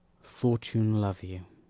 fortune love you!